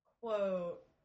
quote